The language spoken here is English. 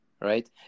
right